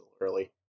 early